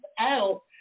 out